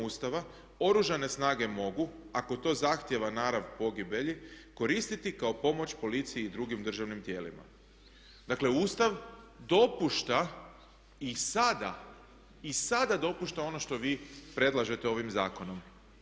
Ustava Oružane snage mogu ako to zahtjeva narav pogibelji koristiti kao pomoć policiji i drugim državnim tijelima." Dakle, Ustav dopušta i sada, i sada dopušta ono što vi predlažete ovim zakonom.